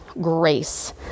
grace